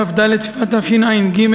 בכ"ד בשבט תשע"ג,